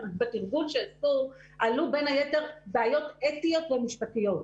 שבתרגול שעשו, עלו בין היתר בעיות אתיות ומשפטיות.